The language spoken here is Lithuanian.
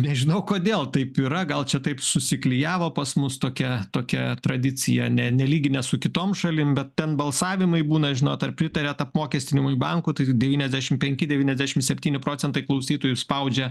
nežinau kodėl taip yra gal čia taip susiklijavo pas mus tokia tokia tradicija ne nelyginę su kitom šalim bet ten balsavimai būna žinot ar pritariat apmokestinimui bankų tai devyniasdešim penki devyniasdešim septyni procentai klausytojų spaudžia